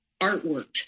artwork